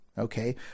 Okay